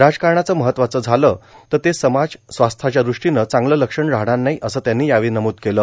राजकारणंच महत्वाचं झालं तर ते समाज स्वास्थ्याच्या दृष्टीनं चांगलं लक्षण असणार नाही असं त्यांनी नमूद केलं